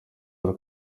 paul